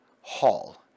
Hall